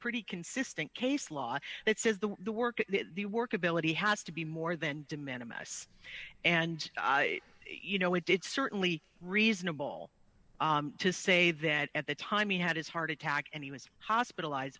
pretty consistent case law that says the work of the workability has to be more than demand a mess and you know it did certainly reasonable to say that at the time he had his heart attack and he was hospitalized